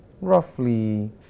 roughly